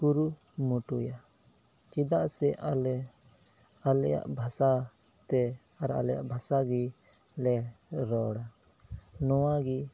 ᱠᱩᱨᱩᱢᱩᱴᱩᱭᱟ ᱪᱮᱫᱟᱜ ᱥᱮ ᱟᱞᱮ ᱟᱞᱮᱭᱟᱜ ᱵᱷᱟᱥᱟ ᱛᱮ ᱟᱨ ᱟᱞᱮᱭᱟᱜ ᱵᱷᱟᱥᱟ ᱜᱮᱞᱮ ᱨᱚᱲᱟ ᱱᱚᱣᱟ ᱜᱮ